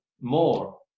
more